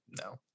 no